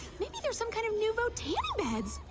maybe there's some kind of new votes yeah bed.